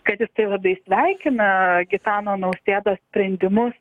kad jisai labai sveikina gitano nausėdos sprendimus